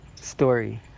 story